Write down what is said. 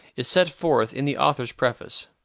is set forth in the author's preface.